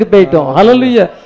Hallelujah